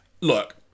look